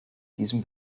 diesem